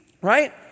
right